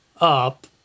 up